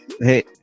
Hey